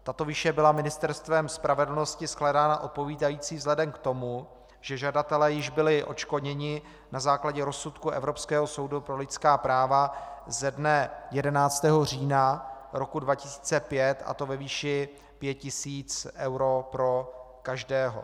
Tato výše byla Ministerstvem spravedlnosti shledána odpovídající vzhledem k tomu, že žadatelé již byli odškodněni na základě rozsudku Evropského soudu pro lidská práva ze dne 11. října roku 2005, a to ve výši 5 tis. eur pro každého.